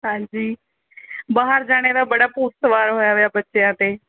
ਹਾਂਜੀ ਬਾਹਰ ਜਾਣ ਦਾ ਬੜਾ ਭੂਤ ਸਵਾਰ ਹੋਇਆ ਹੋਇਆ ਬੱਚਿਆਂ 'ਤੇ